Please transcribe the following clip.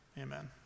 amen